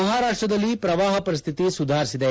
ಮಹಾರಾಷ್ಟದಲ್ಲಿ ಪ್ರವಾಹ ಪರಿಸ್ಥಿತಿ ಸುಧಾರಿಸಿದೆ